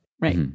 right